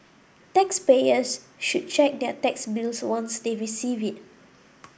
taxpayers should check their tax bills once they receive it